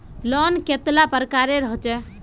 Loan कतेला प्रकारेर होचे?